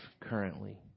currently